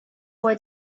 boy